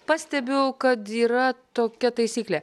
pastebiu kad yra tokia taisyklė